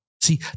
See